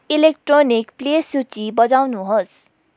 electronic play सूची बजाउनुहोस्